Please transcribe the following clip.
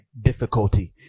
Difficulty